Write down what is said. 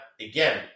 again